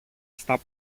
στα